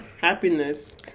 Happiness